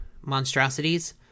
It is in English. monstrosities